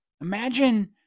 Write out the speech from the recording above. imagine